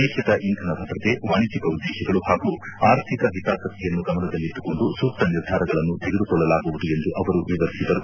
ದೇಶದ ಇಂಧನ ಭದ್ರತೆ ವಾಣಿಜ್ಯಿಕ ಉದ್ದೇಶಗಳು ಹಾಗೂ ಅರ್ಥಿಕ ಹಿತಾಸಕ್ತಿಯನ್ನು ಗಮನದಲ್ಲಿಟ್ಸುಕೊಂಡು ಸೂಕ್ತ ನಿರ್ಧಾರಗಳನ್ನು ತೆಗೆದುಕೊಳ್ಳಲಾಗುವುದು ಎಂದು ಅವರು ವಿವರಿಸಿದರು